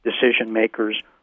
decision-makers